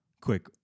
Quick